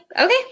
okay